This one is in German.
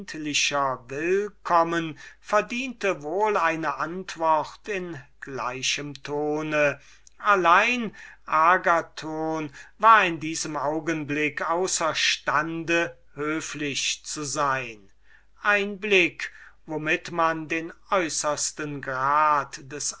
verdiente wohl eine antwort in eben diesem ton allein agathon war in diesem augenblick außer stand höflich zu sein ein blick womit man den äußersten grad des